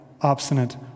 obstinate